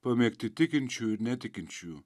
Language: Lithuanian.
pamėgti tikinčiųjų ir netikinčiųjų